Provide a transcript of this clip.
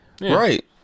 Right